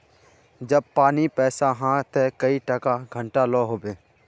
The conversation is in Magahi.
जब पानी पैसा हाँ ते कई टका घंटा लो होबे?